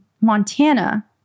Montana